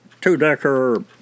two-decker